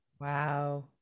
Wow